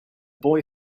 boy